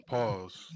Pause